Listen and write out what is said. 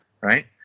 Right